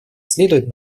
следует